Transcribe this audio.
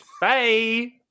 Bye